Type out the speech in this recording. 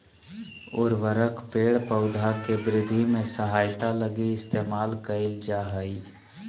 उर्वरक पेड़ पौधा के वृद्धि में सहायता लगी इस्तेमाल कइल जा हइ